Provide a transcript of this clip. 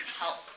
help